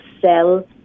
sell